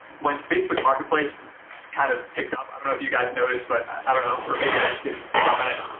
when facebook marketplace kind of picked up, i don't know if you guys noticed but, i don't know, or maybe i just didn't pick up on it,